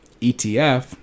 ETF